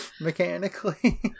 Mechanically